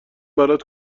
برات